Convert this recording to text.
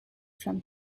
from